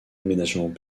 aménagement